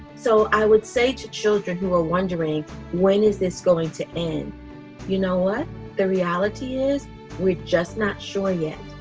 so i would say to children who are wondering when is this going to end you know what the reality is we're just not sure yet.